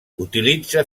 utilitza